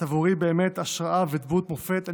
את עבורי באמת השראה ודמות מופת.